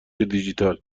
دیجیتال